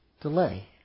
delay